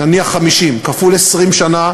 נניח 50,000 כפול 20 שנה,